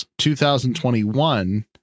2021